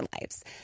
lives